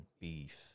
beef